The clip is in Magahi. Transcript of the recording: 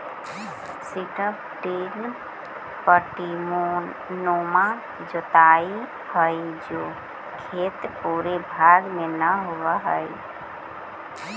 स्ट्रिप टिल पट्टीनुमा जोताई हई जो खेत के पूरे भाग में न होवऽ हई